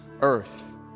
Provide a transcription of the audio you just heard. earth